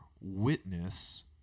witness